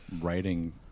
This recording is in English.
writing